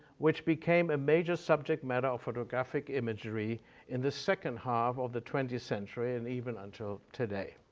which became a major subject matter of photographic imagery in the second half of the twentieth century and even until today.